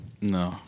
No